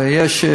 הייתה ויש.